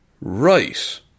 Right